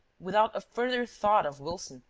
without a further thought of wilson,